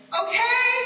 okay